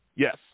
Yes